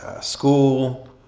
school